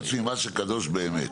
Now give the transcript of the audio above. שקדוש באמת.